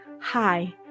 Hi